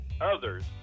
others